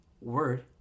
Word